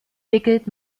wickelt